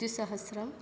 द्विसहस्रम्